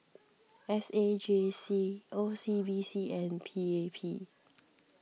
S A J C O C B C and P A P